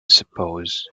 suppose